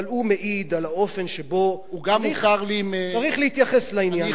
אבל הוא מעיד על האופן שבו צריך להתייחס לעניין הזה.